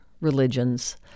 religions